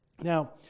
Now